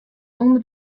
ûnder